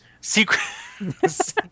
Secret